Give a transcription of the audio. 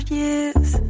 years